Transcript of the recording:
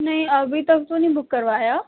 نہیں ابھی تک تو نہیں بک کروایا